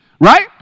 right